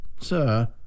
Sir